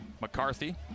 McCarthy